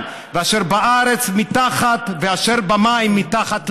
ואשר בארץ מתחת ואשר במים מתחת לארץ.